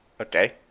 Okay